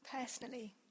Personally